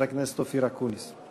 חבר הכנסת אופיר אקוניס.